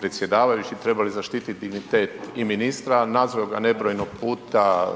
predsjedavajući trebali zaštiti dignitet ministra. Nazvao ga je nebrojeno puta